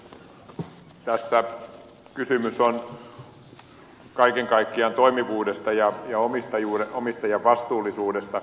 tässä kysymys on kaiken kaikkiaan toimivuudesta ja omistajan vastuullisuudesta